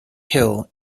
hill